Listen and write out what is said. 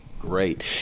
great